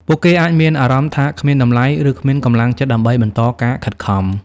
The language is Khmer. ពួកគេអាចមានអារម្មណ៍ថាគ្មានតម្លៃ ឬគ្មានកម្លាំងចិត្តដើម្បីបន្តការខិតខំ។